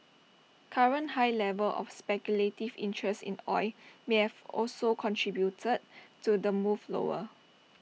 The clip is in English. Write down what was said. current high levels of speculative interest in oil may have also contributed to the move lower